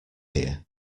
here